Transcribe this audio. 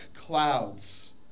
clouds